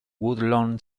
woodlawn